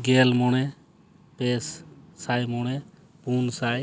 ᱜᱮᱞ ᱢᱚᱬᱮ ᱯᱮ ᱥᱟᱭ ᱢᱚᱬᱮ ᱯᱩᱱᱥᱟᱭ